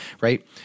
right